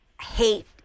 hate